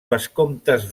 vescomtes